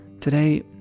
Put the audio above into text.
today